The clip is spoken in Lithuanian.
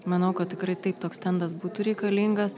manau kad tikrai taip toks stendas būtų reikalingas